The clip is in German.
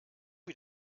wie